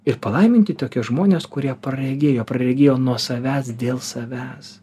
ir palaiminti tokie žmonės kurie praregėjo praregėjo nuo savęs dėl savęs